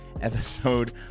episode